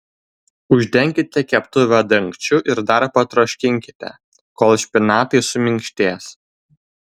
uždenkite keptuvę dangčiu ir dar patroškinkite kol špinatai suminkštės